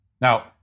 Now